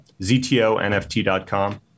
ZTONFT.com